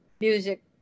music